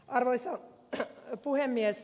arvoisa puhemies